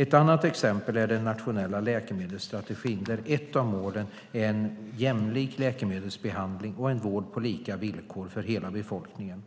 Ett annat exempel är den nationella läkemedelsstrategin, där ett av målen är en jämlik läkemedelsbehandling och en vård på lika villkor för hela befolkningen.